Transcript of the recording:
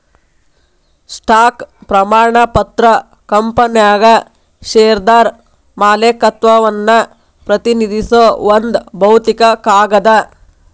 stock ಪ್ರಮಾಣ ಪತ್ರ ಕಂಪನ್ಯಾಗ ಷೇರ್ದಾರ ಮಾಲೇಕತ್ವವನ್ನ ಪ್ರತಿನಿಧಿಸೋ ಒಂದ್ ಭೌತಿಕ ಕಾಗದ